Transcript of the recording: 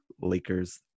Lakers